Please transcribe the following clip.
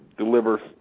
deliver